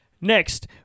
Next